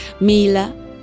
Mila